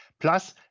Plus